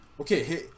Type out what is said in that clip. Okay